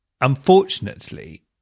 unfortunately